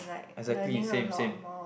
exactly same same